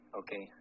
okay